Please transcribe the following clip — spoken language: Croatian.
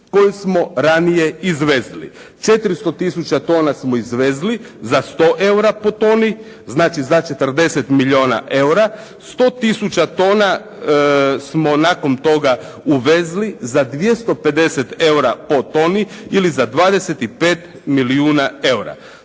koju smo ranije izvezli. 400 tisuća tona smo izvezli za 100 eura po toni, znači za 40 milijuna eura, 100 tisuća tona smo nakon toga uvezli za 250 eura po toni ili za 25 milijuna eura.